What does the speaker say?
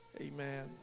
Amen